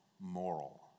moral